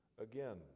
again